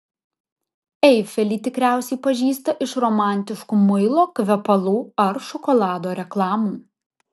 eifelį tikriausiai pažįsta iš romantiškų muilo kvepalų ar šokolado reklamų